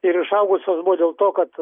ir išaugusios buvo dėl to kad